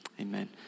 amen